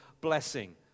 blessing